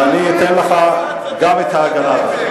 ואני אתן לך גם את ההגנה.